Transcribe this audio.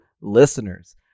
listeners